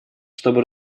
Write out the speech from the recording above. чтобы